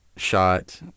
shot